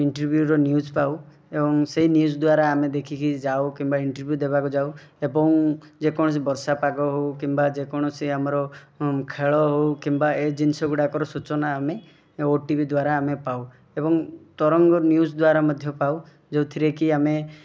ଇଣ୍ଟରଭ୍ୟୁର news ପାଉ ଏବଂ ସେଇ ନ୍ୟୁଜ୍ ଦ୍ୱାରା ଆମେ ଦେଖିକି ଯାଉ କିମ୍ବା ଇଣ୍ଟରଭ୍ୟୁ ଦେବାକୁ ଯାଉ ଏବଂ ଯେକୌଣସି ବର୍ଷା ପାଗ ହଉ କିମ୍ବା ଯେକୌଣସି ଆମର ଖେଳ ହଉ କିମ୍ବା ଏ ଜିନିଷ ଗୁଡ଼ାକର ସୂଚନା ଆମେ ଓଟିଭି ଦ୍ୱାରା ଆମେ ପାଉ ଏବଂ ତରଙ୍ଗ ନ୍ୟୁଜ୍ ଦ୍ୱାରା ମଧ୍ୟ ପାଉ ଯେଉଁଥିରେ କି ଆମେ